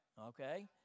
Okay